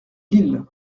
lille